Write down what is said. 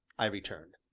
i returned.